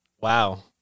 wow